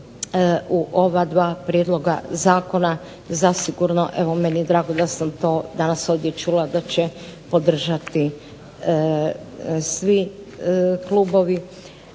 u ova dva prijedloga zakona zasigurno, evo meni je drago da sam to danas ovdje čula da će podržati svi klubovi,